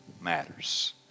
matters